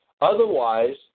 Otherwise